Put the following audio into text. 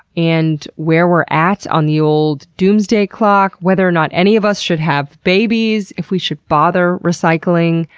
and where we're at on the old doomsday clock, whether or not any of us should have babies, if we should bother recycling,